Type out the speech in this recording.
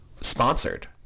sponsored